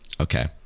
Okay